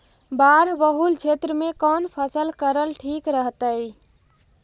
बाढ़ बहुल क्षेत्र में कौन फसल करल ठीक रहतइ?